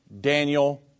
Daniel